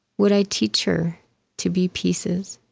would i teach her to be pieces.